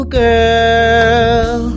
girl